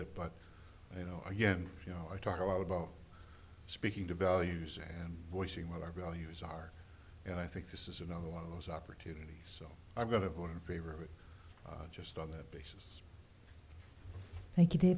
it but you know again you know i talk a lot about speaking to values and voicing what our values are and i think this is another one of those opportunities so i've got a vote in favor of it just on that basis thank you